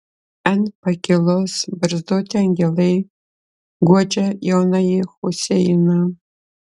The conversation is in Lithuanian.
ant pakylos barzdoti angelai guodžia jaunąjį huseiną